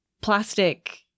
plastic